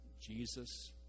Jesus